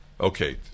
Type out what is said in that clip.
Okay